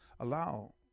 Allow